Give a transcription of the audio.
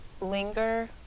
linger